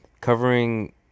Covering